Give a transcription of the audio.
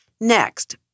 Next